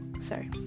sorry